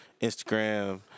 Instagram